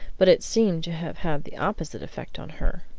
but it seemed to have had the opposite effect on her.